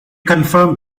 confirmed